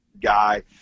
guy